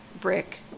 brick